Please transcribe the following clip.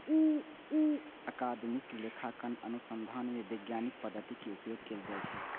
अकादमिक लेखांकन अनुसंधान मे वैज्ञानिक पद्धतिक उपयोग कैल जाइ छै